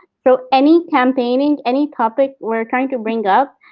so any campaigning, any topic we're trying to bring up,